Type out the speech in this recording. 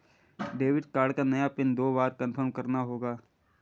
debit card का नया pin दो बार कन्फर्म करना होगा